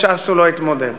בש"ס הוא לא התמודד.